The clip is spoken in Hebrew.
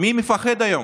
מי מפחד היום,